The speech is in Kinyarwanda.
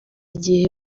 igihe